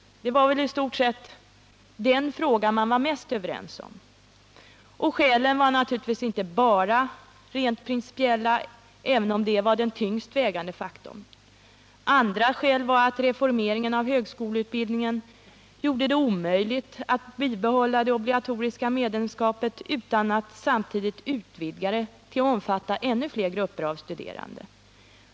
Det var väl i stort sett den fråga man var mest överens om. Skälen var naturligtvis inte bara rent principiella, även om de var den tyngst vägande faktorn. Ett annat skäl var att reformeringen av högskoleutbildningen gjorde det omöjligt att bibehålla det obligatoriska medlemskapet utan att samtidigt utvidga det till att omfatta ännu fler grupper av studerande.